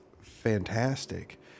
fantastic